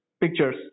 pictures